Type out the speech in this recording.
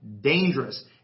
dangerous